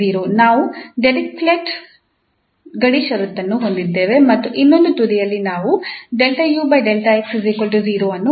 ನಾವು ಡಿರಿಚ್ಲೆಟ್ ಗಡಿ ಷರತ್ತನ್ನು ಹೊಂದಿದ್ದೇವೆ ಮತ್ತು ಇನ್ನೊಂದು ತುದಿಯಲ್ಲಿ ನಾವು ಅನ್ನು ಹೊಂದಿದ್ದೇವೆ